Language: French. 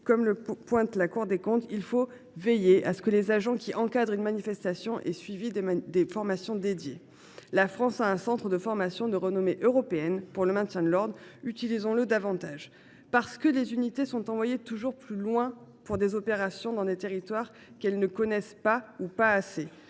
comme le pointe la Cour des comptes, il faut veiller à ce que les agents qui encadrent une manifestation aient suivi des formations spécifiques. La France a un centre de formation de renommée européenne pour le maintien de l’ordre. Utilisons le davantage. Parce que les unités sont envoyées toujours plus loin pour des opérations, dans des territoires qu’elles ne connaissent pas ou pas assez,